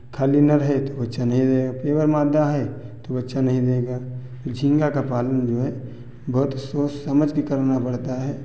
खाली नर है तो बच्चा नहीं देगा प्योर मादा है तो बच्चा नहीं देगा झींगा का पालन जो है बहुत सोच समझ के करना पड़ता है